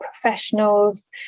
professionals